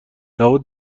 لابد